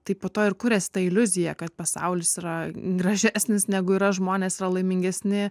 tai po to ir kuriasi ta iliuzija kad pasaulis yra gražesnis negu yra žmonės yra laimingesni